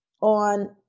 on